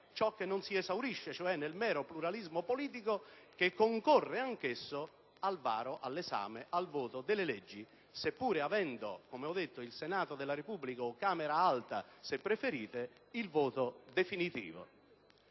che non si esaurisce cioè nel mero pluralismo politico, che concorre anch'essa all'esame, al varo, al voto delle leggi, seppure avendo il Senato della Repubblica - o Camera Alta, se preferite - il voto definitivo.